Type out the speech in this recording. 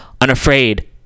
unafraid